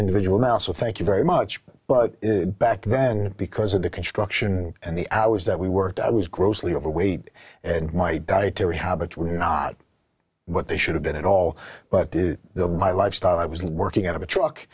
individual now so thank you very much but back then because of the construction and the hours that we worked i was grossly overweight and my dietary habits were not what they should have been at all but did the my lifestyle i was working out of a truck